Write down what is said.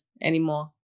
anymore